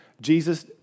Jesus